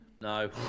No